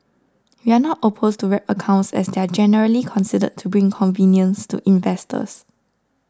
we are not opposed to wrap accounts as they are generally considered to bring convenience to investors